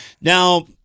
Now